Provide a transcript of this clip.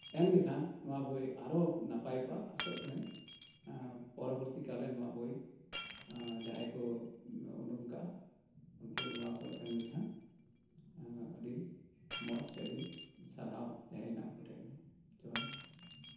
ᱮᱢ ᱞᱮᱠᱷᱟᱱ ᱱᱚᱣᱟ ᱵᱳᱭ ᱟᱨᱚ ᱱᱟᱯᱟᱭ ᱠᱚᱜᱼᱟ ᱟᱥᱚᱜ ᱠᱟᱹᱱᱟᱹᱧ ᱯᱚᱨᱚᱵᱚᱨᱛᱤ ᱠᱟᱞ ᱨᱮ ᱱᱚᱣᱟ ᱵᱳᱭ ᱡᱟᱦᱟᱸᱭ ᱠᱚ ᱩᱰᱩᱝ ᱠᱟᱜᱼᱟ ᱩᱱᱠᱩ ᱱᱚᱣᱟ ᱠᱚ ᱮᱢ ᱞᱮᱠᱷᱟᱱ ᱟᱹᱰᱤ ᱢᱚᱸᱡ ᱟᱹᱰᱤ ᱥᱟᱨᱦᱟᱣ ᱛᱟᱦᱮᱸᱭᱮᱱᱟ ᱩᱱᱠᱩ ᱴᱷᱮᱱ ᱦᱚᱸ ᱡᱚᱦᱟᱨ ᱜᱮ